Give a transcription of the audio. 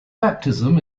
baptism